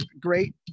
great